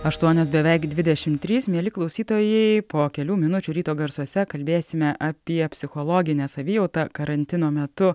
aštuonios beveik dvidešimt trys mieli klausytojai po kelių minučių ryto garsuose kalbėsime apie psichologinę savijautą karantino metu